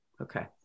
Okay